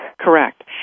Correct